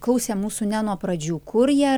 klausė mūsų ne nuo pradžių kur jie